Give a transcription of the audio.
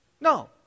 No